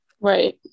right